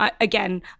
again